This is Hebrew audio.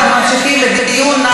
אנחנו ממשיכים בדיון,